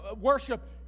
worship